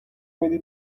میدی